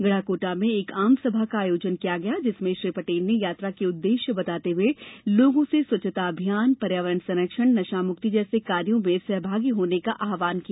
गढ़ाकोटा में एक आम सभा का आयोजन किया गया जिसमें श्री पटेल ने यात्रा के उद्देश्य बताते हुए लोगो से स्वच्छता अभियान पर्यावरण संरक्षण नशा मुक्ति जैसे कार्यो में सहभागी होने का आवाहन किया